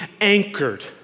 anchored